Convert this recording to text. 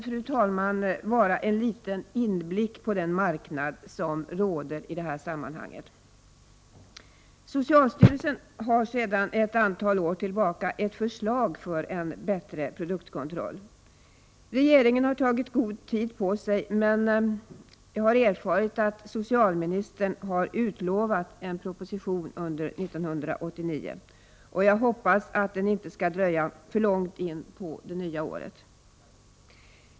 Detta kan vara en liten inblick på den marknad som råder. Socialstyrelsen har sedan ett antal år tillbaka ett förslag till en bättre produktkontroll. Regeringen har tagit god tid på sig, men jag har erfarit att socialministern har utlovat en proposition under 1989. Jag hoppas att den inte skall dröja för långt in på det nya året.